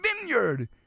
vineyard